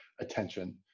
attention